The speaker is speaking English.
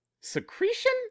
secretion